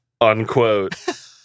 Unquote